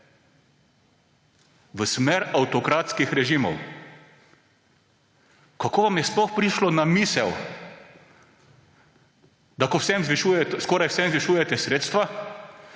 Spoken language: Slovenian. V smer avtokratskih režimov. Kako vam je sploh prišlo na misel, da ko skoraj vsem zvišujete sredstva,